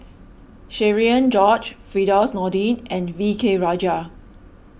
Cherian George Firdaus Nordin and V K Rajah